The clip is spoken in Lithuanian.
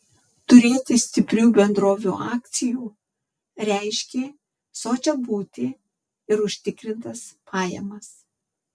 turėti stiprių bendrovių akcijų reiškė sočią būtį ir užtikrintas pajamas